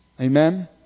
Amen